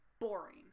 boring